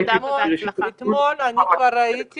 אתמול כבר ראיתי